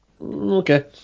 okay